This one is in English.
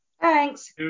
Thanks